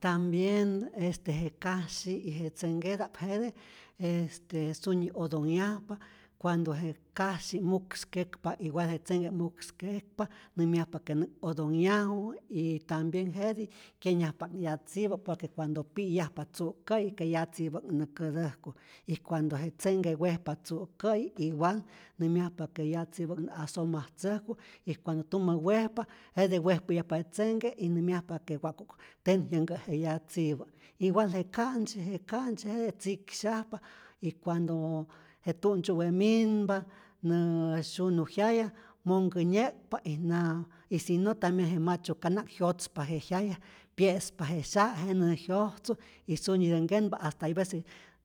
Tambien este je kasyi y je tzenhketa'p jete este sunyi otonyajpa, cuando je kasyi mukskekpa igual je tzenhke mukskekpa, nämyjapa que nä'k otonhyaju y tambien jetij kyenyajpa'k yatzipä, por que cuando pi'yajpa tzu'kä'yi ke yatzipä'k nä kätäjku y cuando je tzenhke wejpa tzu'käyi igual nämyajpa que yatzipä nä asomatzäjku y cuando tumä wejpa jete wejpäyajpa tzenhke y nämyajpa que wa'ku'k tenjyänkä' je yatzipä, igual je kantzyi je ka'ntzi jete tzi'ksyajpa y cuando je tu'ntzyuwe minpa nä syunu jyaya monhkänye'kpa y na y si no tambien je machokana'k jyotzpa je jyaya, pye'spa je syaj y nä jyojtzu y sunyitä nkenpa hasta hay vece